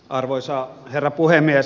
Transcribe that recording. arvoisa herra puhemies